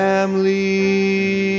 Family